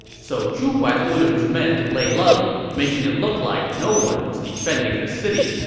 so zhu huan ordered his men to lay low, making it look like no one was defending the city.